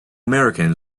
american